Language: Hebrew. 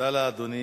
תודה לאדוני.